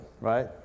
right